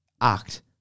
act